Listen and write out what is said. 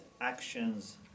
actions